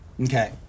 Okay